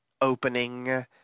opening